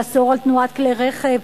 לאסור על תנועת כלי-רכב,